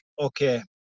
okay